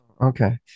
okay